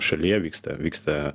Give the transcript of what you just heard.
šalyje vyksta vyksta